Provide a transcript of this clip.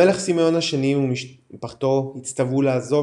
המלך סימאון השני ומשפחתו הצטוו לעזוב